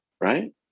right